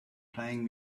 playing